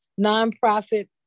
nonprofit